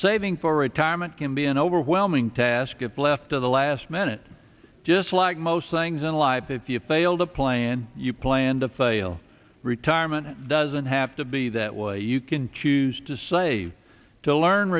saving for retirement can be an overwhelming task if left to the last minute just like most things in life if you fail to plan you plan to fail retirement doesn't have to be that way you can choose to save to learn